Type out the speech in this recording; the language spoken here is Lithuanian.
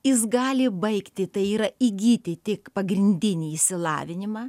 jis gali baigti tai yra įgyti tik pagrindinį išsilavinimą